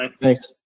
Thanks